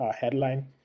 headline